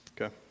Okay